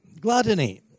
gluttony